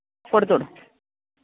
കൊടുത്തുവിട്